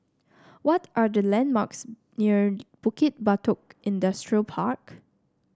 what are the landmarks near Bukit Batok Industrial Park